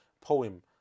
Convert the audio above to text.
poem